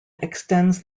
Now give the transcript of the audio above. extends